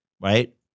right